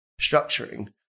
structuring